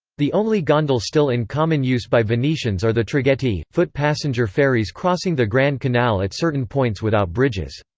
the only gondole still in common use by venetians are the traghetti, foot passenger ferries crossing the grand canal at certain points without bridges.